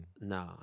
No